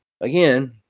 again